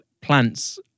plants